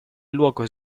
luogo